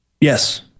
Yes